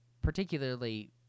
Particularly